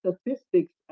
statistics